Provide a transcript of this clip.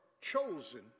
chosen